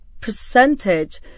percentage